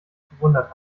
bewundert